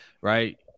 right